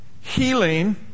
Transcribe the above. Healing